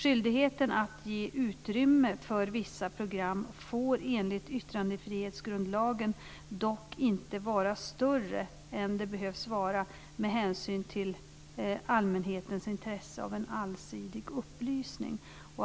Skyldigheten att ge utrymme för vissa program får enligt yttrandefrihetsgrundlagen dock inte vara större än den behöver vara med hänsyn till allmänhetens intresse av en allsidig upplysning.